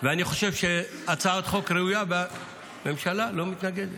אני חושב שזו הצעת חוק ראויה, והממשלה לא מתנגדת.